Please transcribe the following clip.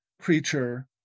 creature